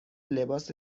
لباس